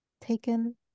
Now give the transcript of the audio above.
taken